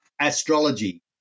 astrology